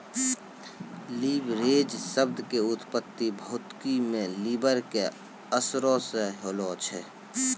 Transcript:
leverage शब्द के उत्पत्ति भौतिकी मे लिवर के असरो से होलो छै